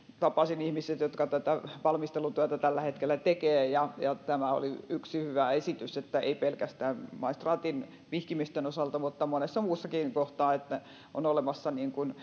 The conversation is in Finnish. tapasin ihmiset jotka tätä valmistelutyötä tällä hetkellä tekevät ja tämä oli yksi hyvä esitys sillä ei pelkästään maistraatin vihkimisten osalta vaan monessa muussakin kohtaa on olemassa